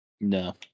No